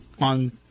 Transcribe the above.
on